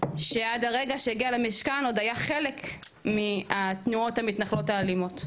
שעד הרגע שהגיע למשכן עוד היה חלק מהתנועות המתנחלות האלימות.